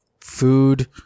food